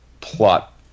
plot